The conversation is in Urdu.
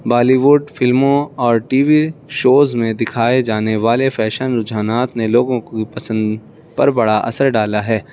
بالی وڈ فلموں اور ٹی وی شوز میں دکھائے جانے والے فیشن رجحانات نے لوگوں پسند پر بڑا اثر ڈالا ہے